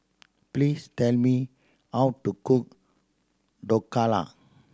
please tell me how to cook Dhokla